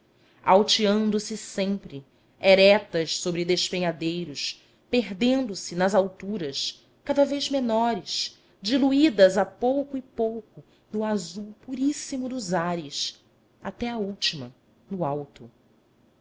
pendores alteando se sempre erectas sobre despenhadeiros perdendo se nas alturas cada vez menores diluídas a pouco e pouco no azul puríssimo dos ares até a última no alto